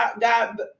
God